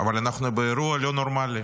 אבל אנחנו באירוע לא נורמלי,